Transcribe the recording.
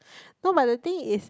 no but the thing is